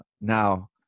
now